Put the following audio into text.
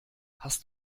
hast